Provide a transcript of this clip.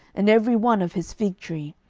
and every one of his fig tree,